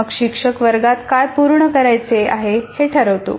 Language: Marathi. मग शिक्षक वर्गात काय पूर्ण करायचे आहे हे ठरवतो